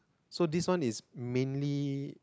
so this one is mainly